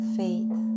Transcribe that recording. faith